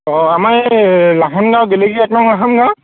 অঁ আমাৰ এই লাহন গাঁও গেলেকী এক নং লাহন গাঁও